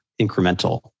incremental